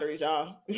y'all